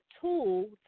tool